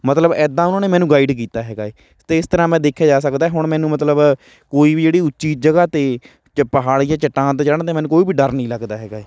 ਮਤਲਬ ਇੱਦਾਂ ਉਹਨਾਂ ਨੇ ਮੈਨੂੰ ਗਾਈਡ ਕੀਤਾ ਹੈਗਾ ਹੈ ਅਤੇ ਇਸ ਤਰ੍ਹਾਂ ਮੈਂ ਦੇਖਿਆ ਜਾ ਸਕਦਾ ਹੁਣ ਮੈਨੂੰ ਮਤਲਬ ਕੋਈ ਵੀ ਜਿਹੜੀ ਉੱਚੀ ਜਗ੍ਹਾ 'ਤੇ ਜੇ ਪਹਾੜੀ ਜਾਂ ਚਟਾਨ 'ਤੇ ਚੜ੍ਹਨ 'ਤੇ ਮੈਨੂੰ ਕੋਈ ਵੀ ਡਰ ਨਹੀਂ ਲੱਗਦਾ ਹੈਗਾ ਹੈ